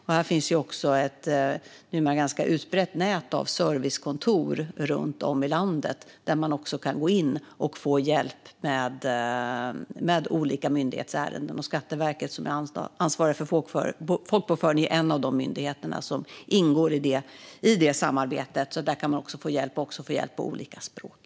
Det finns numera ett utbrett nät av servicekontor runt om i landet där det går att få hjälp med olika myndighetsärenden. Skatteverket som ansvarar för folkbokföringen är en av de myndigheter som ingår i det samarbetet. Där går det även att få hjälp på olika språk.